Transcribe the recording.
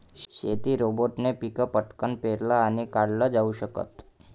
शेती रोबोटने पिक पटकन पेरलं आणि काढल जाऊ शकत